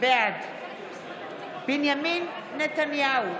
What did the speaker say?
בעד בנימין נתניהו,